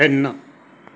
ਤਿੰਨ